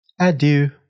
adieu